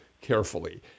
carefully